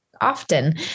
often